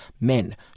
men